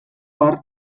har